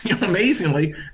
amazingly